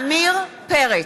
עמיר פרץ,